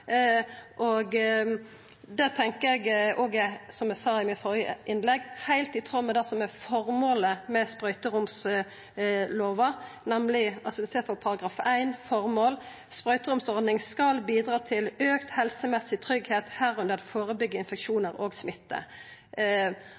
Det tenkjer eg, som eg sa i mitt førre innlegg, er heilt i tråd med det som er formålet med sprøyteromslova, nemleg – og eg siterer frå § 1, formål: «Videre skal sprøyteromsordningen bidra til økt helsemessig trygghet,